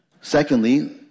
Secondly